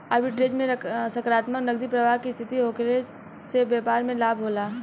arbitrage में सकारात्मक नगदी प्रबाह के स्थिति होखला से बैपार में लाभ होला